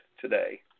today